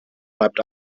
blieb